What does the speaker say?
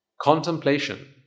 contemplation